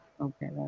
Okay